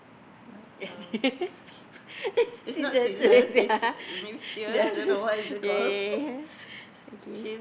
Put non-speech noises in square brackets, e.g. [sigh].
is it [laughs] scissors yeah [laughs] yeah yeah yeah yeah yeah okay